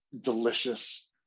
delicious